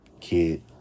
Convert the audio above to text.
Kid